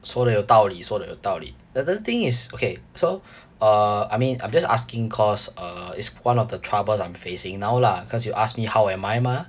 说的有道理说的有道理 another thing is okay so err I mean I'm just asking cause err it's one of the troubles I'm facing now lah because you asked me how am I mah